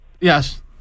Yes